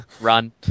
run